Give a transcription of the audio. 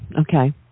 okay